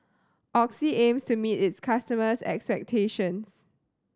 Oxy aims to meet its customers' expectations